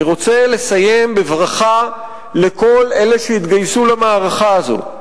אני רוצה לסיים בברכה לכל אלה שהתגייסו למערכה הזאת.